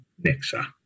NEXA